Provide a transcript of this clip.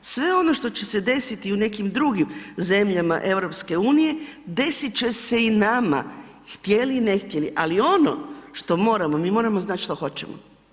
Sve ono što će se desiti u nekim drugim zemljama EU-a, desit će se i nama, htjeli-ne htjeli ali ono što moramo, mi moramo znat što hoćemo.